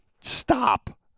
stop